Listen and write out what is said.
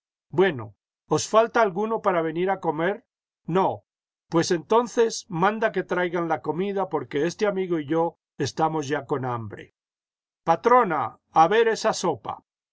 bueno os falta alguno para venir a comer no pues entonces manda que traigan la comida porque este amigo y yo estamos ya con hambre patronal a ver esa sopa